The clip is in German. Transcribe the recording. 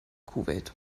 kuwait